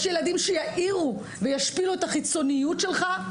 ילדים שיעירו וישפילו את החיצוניות שלך,